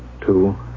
Two